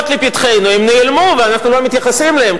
לפתחנו נעלמנו ואנחנו לא מתייחסים אליהן,